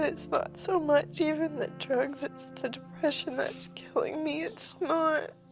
ah it's not so much even the drugs. it's the depression that's killing me. it's not.